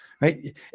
right